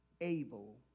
able